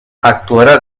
actuarà